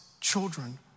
children